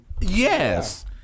Yes